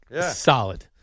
solid